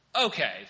okay